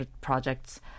projects